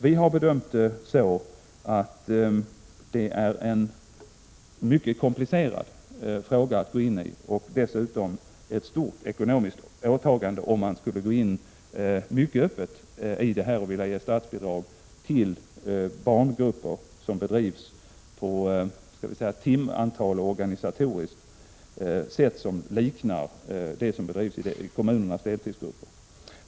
Vi har bedömt det så att det är en mycket komplicerad fråga att gå in i och dessutom ett stort ekonomiskt åtagande om man skulle gå in mycket öppet och vilja ge statsbidrag till barngrupper som organisatoriskt sett liknar det som bedrivs i kommunala deltidsgrupper.